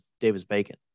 Davis-Bacon